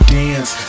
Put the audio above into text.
dance